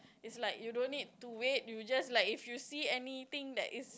is like you don't need to wait you just like if you see anything that is